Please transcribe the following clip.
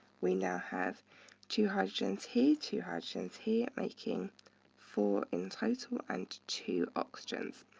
we now have two hydrogens here, two hydrogens here, making four in total and two oxygens.